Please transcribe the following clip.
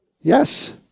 Yes